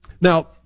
Now